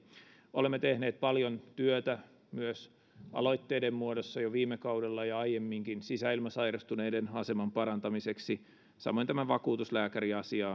olemme tehneet paljon työtä myös aloitteiden muodossa jo viime kaudella ja aiemminkin sisäilmasairastuneiden aseman parantamiseksi samoin tämä vakuutuslääkäriasia